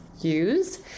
use